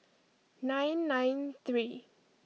nine nine three